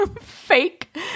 fake